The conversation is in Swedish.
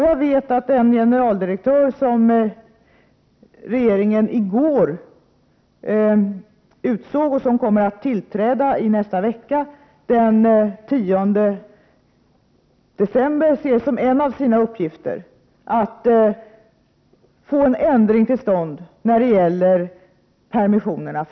Jag vet att den generaldirektör som regeringen i går utsåg och som kommer att tillträda i nästa vecka, den 10 december, ser som en av sina uppgifter att få en ändring till stånd när det gäller permissionerna.